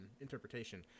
interpretation